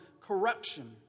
corruption